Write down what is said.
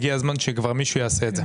הגיע הזמן שכבר מישהו יעשה את זה.